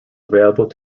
available